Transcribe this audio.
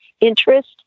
interest